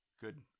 good